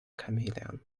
chameleon